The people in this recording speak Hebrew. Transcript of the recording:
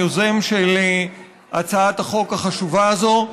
היוזם של הצעת החוק החשובה הזאת,